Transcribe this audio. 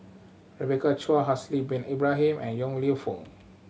Rebecca Chua Haslir Bin Ibrahim and Yong Lew Foong